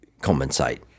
compensate